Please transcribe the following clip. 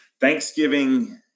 Thanksgiving